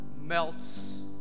melts